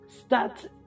start